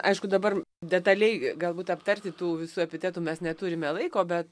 aišku dabar detaliai galbūt aptarti tų visų epitetų mes neturime laiko bet